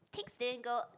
ticks didn't go